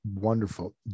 wonderful